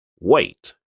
Wait